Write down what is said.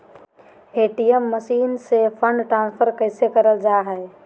ATM machine से fund transfer कैसे करल जा है?